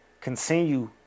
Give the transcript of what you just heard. Continue